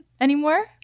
anymore